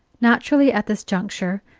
naturally, at this juncture,